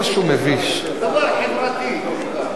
התשס"ט 2009, נתקבלה.